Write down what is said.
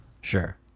Sure